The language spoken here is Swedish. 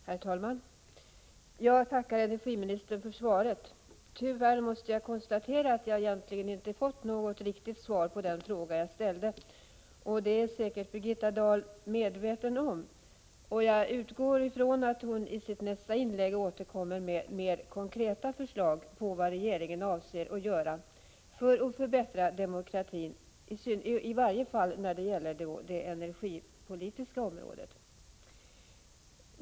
Herr talman! Jag tackar energiministern för svaret. Tyvärr måste jag konstatera att jag egentligen inte fått något riktigt svar på den fråga jag ställde, och det är säkert Birgitta Dahl väl medveten om. Jag utgår från att hon i sitt nästa inlägg återkommer med mer konkreta besked om vad regeringen avser att göra för att förbättra demokratin, i varje fall när det gäller det energipolitiska området.